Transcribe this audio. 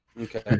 Okay